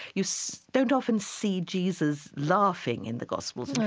you so don't often see jesus laughing in the gospels. in